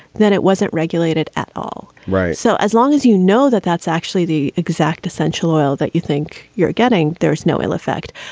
then it wasn't regulated at all. right. so as long as you know that that's actually the exact essential oil that you think you're getting, there's no ill effect.